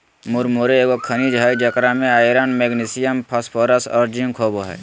मुरमुरे एगो खनिज हइ जेकरा में आयरन, मैग्नीशियम, फास्फोरस और जिंक होबो हइ